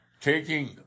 taking